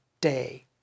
day